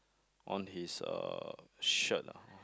on his uh shirt ah